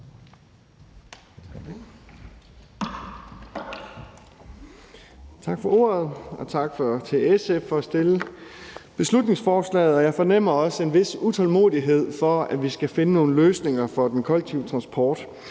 Tak for ordet, og tak til SF for at fremsætte beslutningsforslaget. Jeg fornemmer også en vis utålmodighed efter, at vi skal finde nogle løsninger for den kollektive transport,